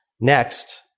Next